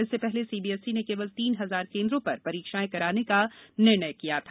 इससे पहले सीबीएसई ने केवल तीन हजार केंद्रो पर परीक्षाएं कराने का निर्णय किया था